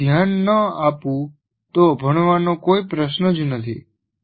જો હું ધ્યાન ન આપું તો ભણવાનો કોઈ પ્રશ્ન જ નથી